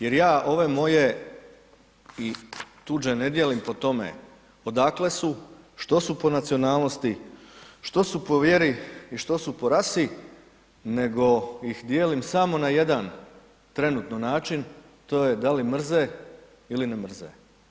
Jer ja ove moje i tuđe ne dijelim po tome odakle su, što su po nacionalnosti, što su po vjeri i što su po rasi nego ih dijelim samo na jedan trenutno način, to je da li mrze ili ne mrze.